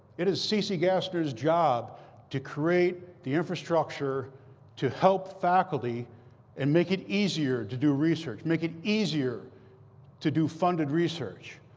it is cece gassner's job to create the infrastructure to help faculty and make it easier to do research, make it easier to do funded research.